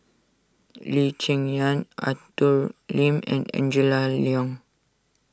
Lee Cheng Yan Arthur Lim and Angela Liong